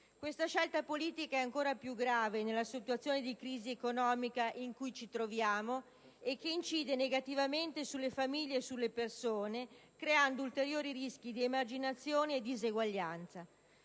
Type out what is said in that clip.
Questa scelta politica è ancora più grave nella situazione di crisi economica in cui ci troviamo, che incide negativamente sulle famiglie e le persone creando ulteriori rischi di emarginazione e disuguaglianza.